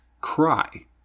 Cry